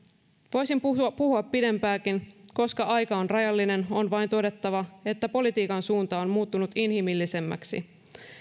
voisin puhua puhua pidempäänkin koska aika on rajallinen on vain todettava että politiikan suunta on muuttunut inhimillisemmäksi